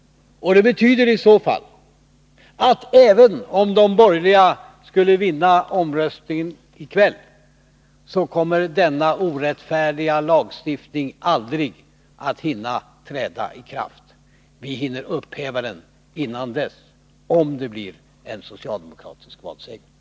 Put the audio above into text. Det betyder i så fall att även om de borgerliga skulle vinna omröstningen i kväll, kommer denna orättfärdiga lagstiftning aldrig att hinna träda i kraft. Vi hinner upphäva den innan dess, om den blir en socialdemokratisk valseger.